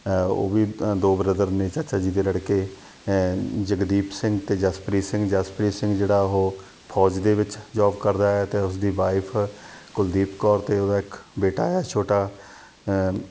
ਉਹ ਵੀ ਦੋ ਬ੍ਰਦਰ ਨੇ ਚਾਚਾ ਜੀ ਦੇ ਲੜਕੇ ਜਗਦੀਪ ਸਿੰਘ ਅਤੇ ਜਸਪ੍ਰੀਤ ਸਿੰਘ ਜਸਪ੍ਰੀਤ ਸਿੰਘ ਜਿਹੜਾ ਉਹ ਫੌਜ ਦੇ ਵਿੱਚ ਜੋਬ ਕਰਦਾ ਹੈ ਅਤੇ ਉਸ ਦੀ ਵਾਈਫ ਕੁਲਦੀਪ ਕੌਰ ਅਤੇ ਉਹਦਾ ਇੱਕ ਬੇਟਾ ਆ ਛੋਟਾ